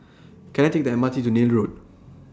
Can I Take The M R T to Neil Road